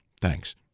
Thanks